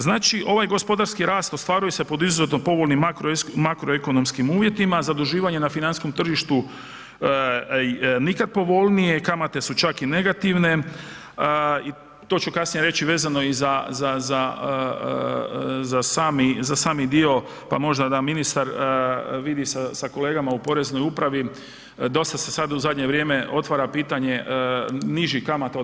Znači ovaj gospodarski rast ostvaruje pod izuzetno povoljnim makroekonomskim uvjetima, zaduživanje na financijskom tržištu nikad povoljnije, kamate su čak i negativne, to ću kasnije reći vezano za sami dio pa možda da ministar vidi sa kolegama u poreznoj upravi, dosta se sad u zadnje vrijeme otvara pitanje nižih kamata od 2%